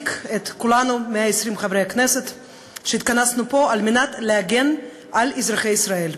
על מנת להגן על אזרחי ישראל.